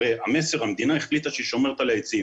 הרי המדינה החליטה שהיא שומרת על העצים,